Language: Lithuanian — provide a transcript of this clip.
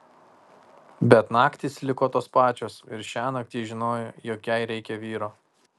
bet naktys liko tos pačios ir šiąnakt ji žinojo jog jai reikia vyro